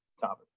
topic